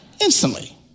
Instantly